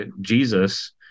Jesus